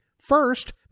First